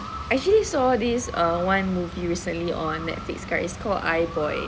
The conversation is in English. I actually saw this err one movie recently on netflix right is called I boy